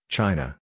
China